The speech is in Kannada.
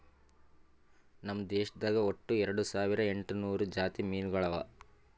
ನಮ್ ದೇಶದಾಗ್ ಒಟ್ಟ ಎರಡು ಸಾವಿರ ಎಂಟು ನೂರು ಜಾತಿ ಮೀನುಗೊಳ್ ಅವಾ